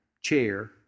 chair